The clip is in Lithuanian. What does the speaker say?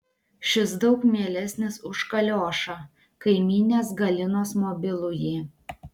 šis daug mielesnis už kaliošą kaimynės galinos mobilųjį